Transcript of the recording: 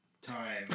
time